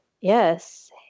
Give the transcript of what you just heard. yes